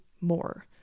more